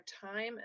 time